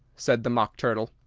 said the mock turtle.